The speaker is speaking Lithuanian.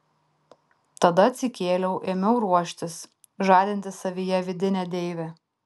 tada atsikėliau ėmiau ruoštis žadinti savyje vidinę deivę